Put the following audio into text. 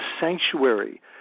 sanctuary